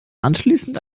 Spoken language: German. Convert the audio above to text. anschließend